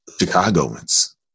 Chicagoans